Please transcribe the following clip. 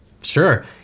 sure